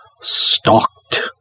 Stalked